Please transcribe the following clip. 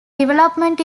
development